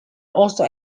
also